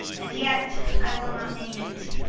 and yet i will not name it